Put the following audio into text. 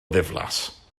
ddiflas